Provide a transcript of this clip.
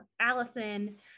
Allison